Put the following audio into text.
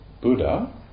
Buddha